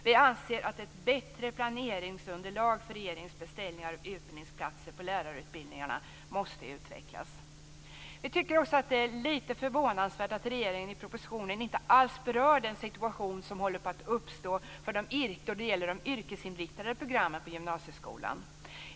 Vi anser att ett bättre planeringsunderlag för regeringens beställningar av utbildningsplatser på lärarutbildningarna måste utvecklas. Vi tycker också att det är lite förvånansvärt att regeringen i propositionen inte alls berör den situation som håller på att uppstå för de yrkesinriktade programmen i gymnasieskolan.